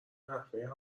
نحوه